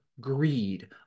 greed